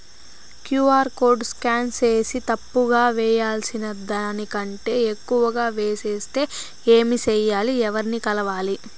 QR code scan సేసి తప్పు గా వేయాల్సిన దానికంటే ఎక్కువగా వేసెస్తే ఏమి సెయ్యాలి? ఎవర్ని కలవాలి?